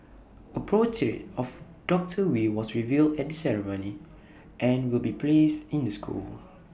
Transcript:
A portrait of doctor wee was revealed at the ceremony and will be placed in the school